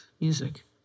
music